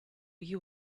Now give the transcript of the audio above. you